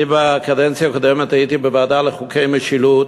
בקדנציה הקודמת אני הייתי בוועדה לחוקי משילות,